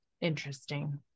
interesting